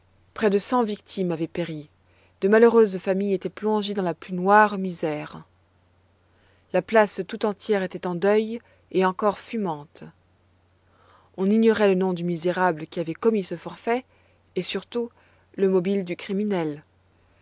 près de cent victimes avaient péri de malheureuses familles étaient plongées dans la plus noire misère la place tout entière était en deuil et encore fumante on ignorait le nom du misérable qui avait commis ce forfait et surtout le mobile du criminel